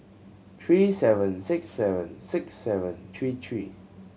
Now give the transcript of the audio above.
three seven six seven six seven three three